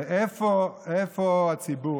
ואיפה הציבור,